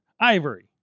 Ivory